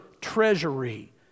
treasury